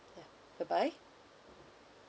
ya bye bye